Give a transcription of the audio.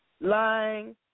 lying